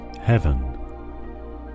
heaven